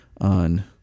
on